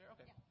Okay